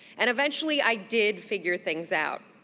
and eventually, i did figure things out,